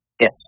Yes